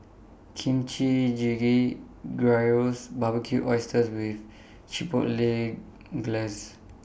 Kimchi Jjigae Gyros Barbecued Oysters with Chipotle Glaze